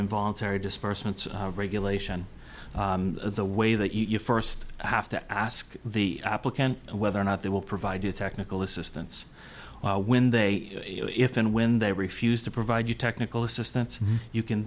involuntary disbursements regulation the way that you first have to ask the applicant whether or not they will provide you technical assistance when they if and when they refused to provide you technical assistance you can